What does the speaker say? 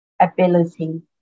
ability